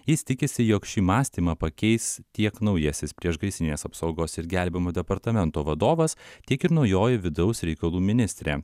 jis tikisi jog šį mąstymą pakeis tiek naujasis priešgaisrinės apsaugos ir gelbėjimo departamento vadovas tiek ir naujoji vidaus reikalų ministrė